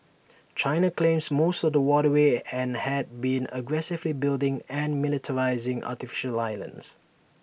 China claims most of the waterway and has been aggressively building and militarising artificial islands